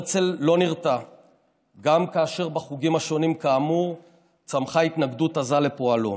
הרצל לא נרתע גם כאשר בחוגים השונים כאמור צמחה התנגדות עזה לפועלו,